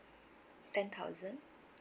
ten thousand